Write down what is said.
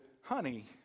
honey